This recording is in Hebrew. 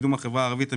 קידום החברה הערבית,